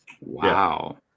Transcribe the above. Wow